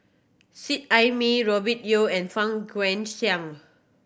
Seet Ai Mee Robert Yeo and Fang Guixiang